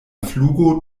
flugo